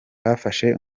bafashe